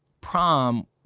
prom